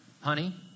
Honey